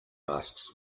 masks